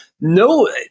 no